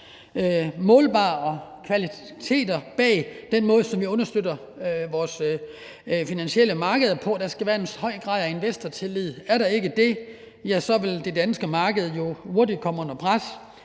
målbare kvaliteter bag den måde, som vi understøtter vores finansielle markeder på. Der skal være en høj grad af investortillid, og er der ikke det, vil det danske marked jo hurtigt komme under pres,